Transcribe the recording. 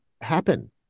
happen